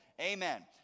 Amen